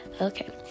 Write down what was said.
okay